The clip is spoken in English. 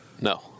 No